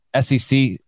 sec